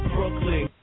Brooklyn